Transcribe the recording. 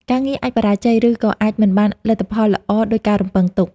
ការងារអាចបរាជ័យ ឬក៏អាចមិនបានលទ្ធផលល្អដូចការរំពឹងទុក។